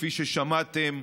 כפי ששמעתם,